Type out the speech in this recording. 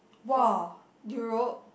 !wah! Europe